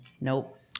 Nope